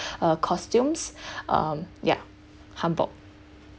uh costumes um yeah hanbok